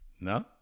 no